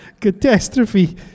catastrophe